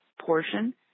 portion